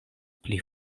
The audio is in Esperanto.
pli